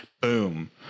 Boom